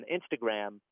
Instagram